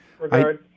regard